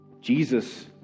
Jesus